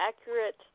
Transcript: accurate